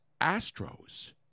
Astros